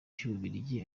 cy’ububiligi